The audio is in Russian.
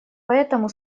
поэтому